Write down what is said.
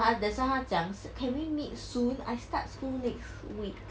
that's why 他讲 can we meet soon I start school next week